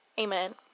Amen